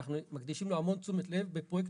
אנחנו מקדישים לו המון תשומת לב בפרויקט